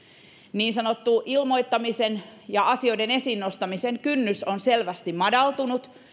niin sanottu ilmoittamisen ja asioiden esiin nostamisen kynnys on selvästi madaltunut